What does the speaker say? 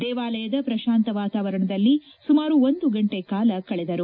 ದೇವಾಲಯದ ಪ್ರತಾಂತ ವಾತಾವರಣದಲ್ಲಿ ಸುಮಾರು ಒಂದು ಗಂಟೆ ಕಾಲ ಕಳೆದರು